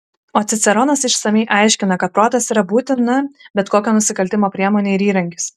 o ciceronas išsamiai aiškina kad protas yra būtina bet kokio nusikaltimo priemonė ir įrankis